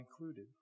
included